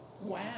Wow